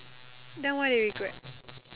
then why you regret